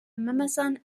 memesan